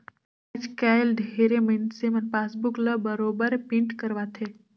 आयज कायल ढेरे मइनसे मन पासबुक ल बरोबर पिंट करवाथे